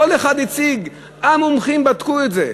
כל אחד הציג, המומחים בדקו את זה.